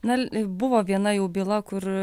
na buvo viena jau byla kur